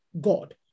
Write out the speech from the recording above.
God